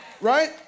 Right